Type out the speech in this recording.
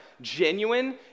genuine